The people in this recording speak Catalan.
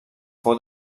fou